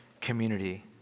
community